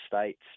States